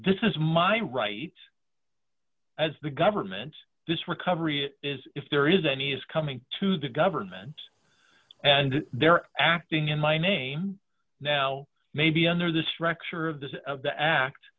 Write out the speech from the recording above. this is my right as the government this recovery it is if there is any is coming to the government's and they're acting in my name now maybe under the structure of this of the act